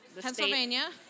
Pennsylvania